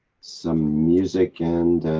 some music and.